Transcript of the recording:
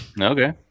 Okay